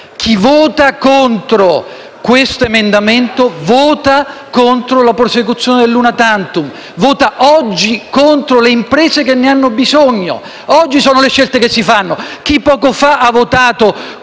chi vota contro questo emendamento vota contro la prosecuzione dell'*una tantum*; vota oggi contro le imprese che ne hanno bisogno. È oggi che si fanno le scelte: chi poco fa ha votato